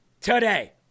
today